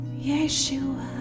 Yeshua